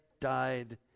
died